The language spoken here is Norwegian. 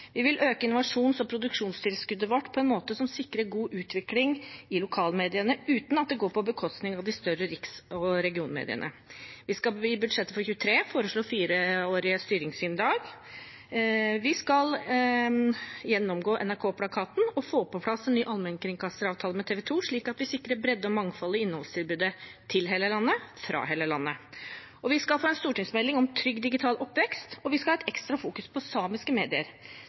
Vi vil øke innovasjons- og produksjonstilskuddet vårt på en måte som sikrer god utvikling i lokalmediene, uten at det går på bekostning av de større riks- og regionmediene. Vi skal i budsjettet for 2023 foreslå fireårige styringssignaler, vi skal gjennomgå NRK-plakaten og få på plass en ny allmennkringkasteravtale med TV 2, slik at vi sikrer bredde og mangfold i innholdstilbudet til hele landet, fra hele landet. Vi skal også få en stortingsmelding om trygg digital oppvekst, og vi skal fokusere ekstra på samiske medier.